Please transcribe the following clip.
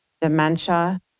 dementia